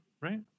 right